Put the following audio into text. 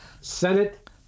Senate